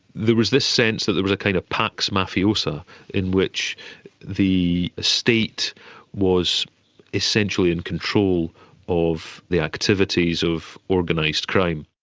there was this sense that there was a kind of pax mafiosa in which the state was essentially in control of the activities of organised crime.